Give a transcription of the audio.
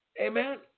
Amen